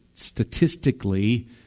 statistically